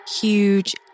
Huge